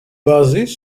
basés